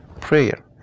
prayer